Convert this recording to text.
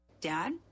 Dad